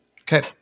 Okay